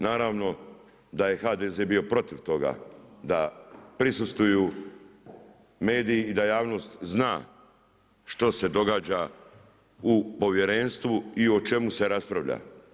Naravno da je HDZ bio protiv toga da prisustvuju mediji i da javnost zna što se događa u povjerenstvu i o čemu se raspravlja.